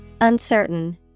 Uncertain